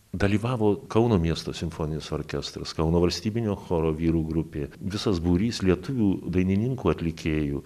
dalyvavo kauno miesto simfoninis orkestras kauno valstybinio choro vyrų grupė visas būrys lietuvių dainininkų atlikėjų